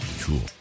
Cool